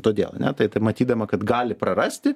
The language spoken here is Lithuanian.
todėl ane tai tai matydama kad gali prarasti